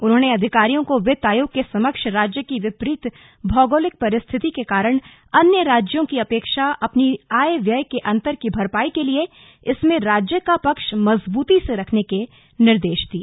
उन्होंने अधिकारियों को वित्त आयोग के समक्ष राज्य की विपरीत भौगोलिक परिस्थिति के कारण अन्य राज्यों की अपेक्षा अपनी आय व्यय के अन्तर की भरपाई के लिये इसमें राज्य का पक्ष मजबूती से रखने के निर्देश दिए